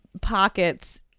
pockets